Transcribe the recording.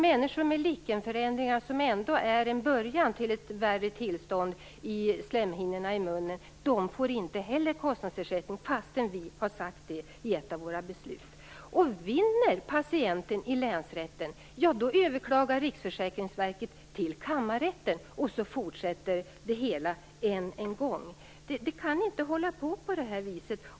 Människor med lichenförändringar, något som ju ändå är början till ett värre tillstånd i munnens slemhinnor, får inte heller någon kostnadsersättning fast vi i ett av våra beslut har sagt att de skall få det. Vinner patienten i länsrätten så överklagar Riksförsäkringsverket till kammarrätten, och så fortsätter det hela än en gång. Det kan inte hålla på på det viset.